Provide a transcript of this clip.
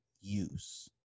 use